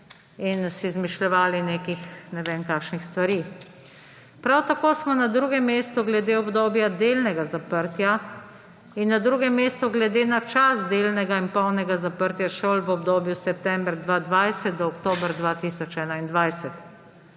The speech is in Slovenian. in si izmišljevali nekih ne vem kakšnih stvari. Prav tako smo na drugem mestu glede obdobja delnega zaprtja in na drugem mestu glede na čas delnega in polnega zaprtja šol v obdobju september 2020 do oktober 2021.